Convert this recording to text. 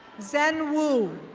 zen wu.